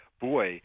boy